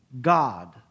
God